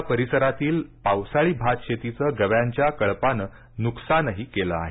या परिसरातील पावसाळी भातशेतीचं गव्यांच्या कळपानं नुकसानही केलं आहे